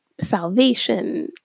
salvation